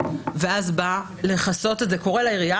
קורא לעירייה,